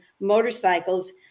motorcycles